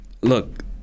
look